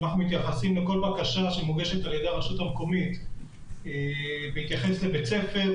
אנחנו מתייחסים לכל בקשה שמוגשת על ידי הרשות המקומית בהתייחס לבית ספר,